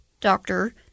doctor